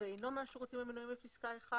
ואינו מהשירותים המנויים בפסקה (1)